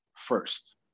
first